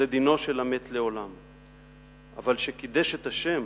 זה דינו של המת לעולם,/ אבל שקידש את השם,